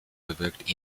bewirkt